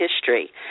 history